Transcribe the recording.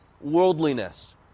worldliness